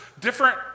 different